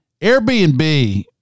Airbnb